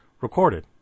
recorded